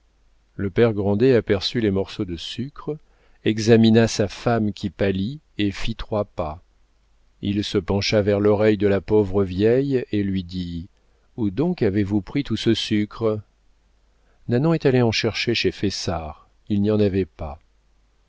le père grandet aperçut les morceaux de sucre examina sa femme qui pâlit et fit trois pas il se pencha vers l'oreille de la pauvre vieille et lui dit où donc avez-vous pris tout ce sucre nanon est allée en chercher chez fessard il n'y en avait pas